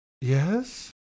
Yes